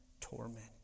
torment